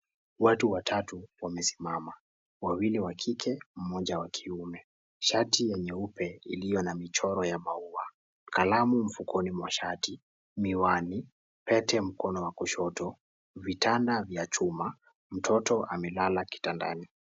Watu watatu wamesimama wawili wa kike moja wa kiume shati ya nyeupe iliyo na michoro ya maua, kalamu mfukoni mwa shati miwani pete mkono wa kushoto vitanda vya chuma mtoto amelala kitandani.